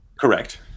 Correct